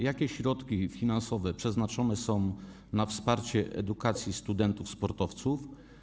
Jakie środki finansowe przeznaczone są na wsparcie edukacji studentów sportowców?